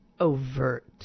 overt